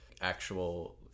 actual